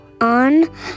on